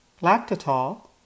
lactitol